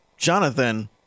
Jonathan